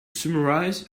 summarize